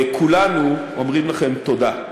כולנו אומרים לכם תודה.